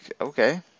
okay